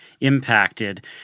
impacted